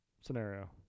Scenario